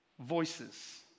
voices